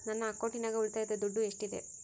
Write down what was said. ನನ್ನ ಅಕೌಂಟಿನಾಗ ಉಳಿತಾಯದ ದುಡ್ಡು ಎಷ್ಟಿದೆ?